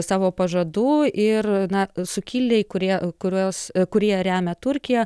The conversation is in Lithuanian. savo pažadų ir na sukilėliai kurie kuriuos kurie remia turkiją